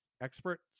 experts